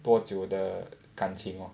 多久的感情 orh